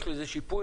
יש לזה שיפוי?